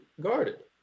guarded